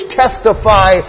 testify